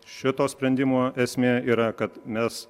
šito sprendimo esmė yra kad mes